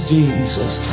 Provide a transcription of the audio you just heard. Jesus